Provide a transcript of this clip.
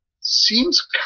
seems